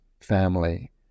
family